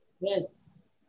Yes